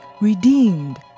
redeemed